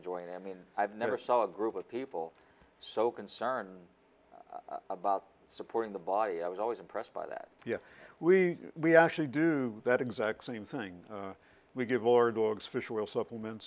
joy i mean i've never saw a group of people so concerned about supporting the body i was always impressed by that yeah we actually do that exact same thing we give or dogs fish oil supplements